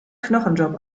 knochenjob